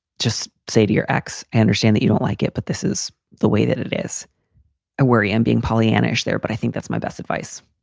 just say to your ex, anderson, that you don't like it, but this is the way that it is a worry and being pollyannish there. but i think that's my best advice.